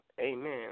Amen